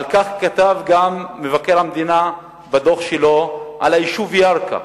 על כך כתב גם מבקר המדינה בדוח שלו על היישוב ירכא: